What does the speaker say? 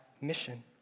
mission